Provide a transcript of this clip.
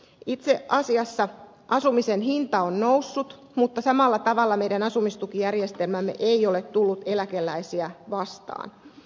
itse asiassa asumisen hinta on noussut mutta samalla tavalla meidän asumistukijärjestelmämme ei ole tullut eläkeläisiä vastaan